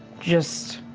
just,